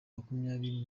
makumyabiri